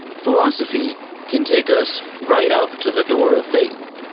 philosophy can take us right up to the door of faith,